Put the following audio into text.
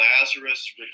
Lazarus